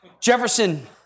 Jefferson